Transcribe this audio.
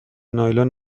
نایلون